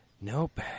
Nope